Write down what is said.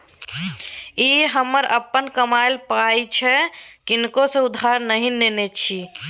ई हमर अपन कमायल पाय अछि किनको सँ उधार नहि नेने छी